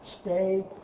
stay